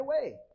away